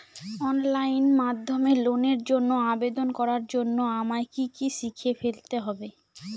Online মাধ্যমে লোনের জন্য আবেদন করার জন্য আমায় কি কি শিখে ফেলতে হবে?